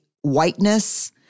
whiteness